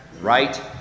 right